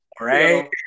right